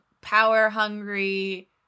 power-hungry